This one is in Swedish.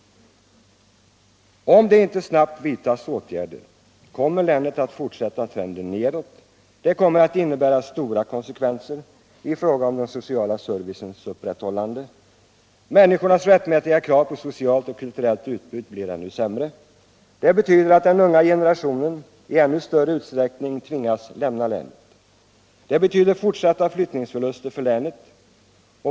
Om det inte snabbt vidtas åtgärder, kommer utvecklingen i länet att fortsätta trenden neråt. Det kommer att innebära stora konsekvenser i fråga om den sociala servicens upprätthållande. Människornas rättmätiga krav på socialt och kulturellt utbud blir ännu sämre tillgodosedda. Det betyder att den unga generationen i ännu större utsträckning tvingas lämna länet. Det betyder fortsatta flyttningsförluster för länet.